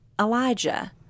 Elijah